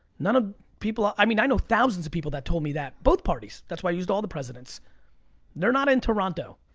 none of people, ah i mean, i know thousands of people that told me that, both parties. that's why i used all the presidents. they're not in toronto.